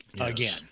again